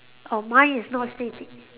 oh mine is not sitting